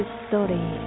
story